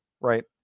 right